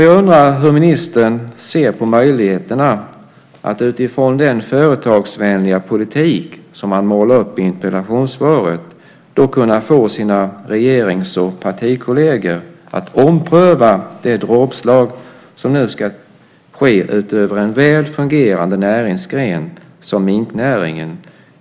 Jag undrar hur ministern ser på möjligheterna att utifrån den företagsvänliga politik som han målar upp i interpellationssvaret kunna få sina regerings och partikolleger att ompröva det dråpslag som nu ska falla över en väl fungerande näringsgren som minknäringen.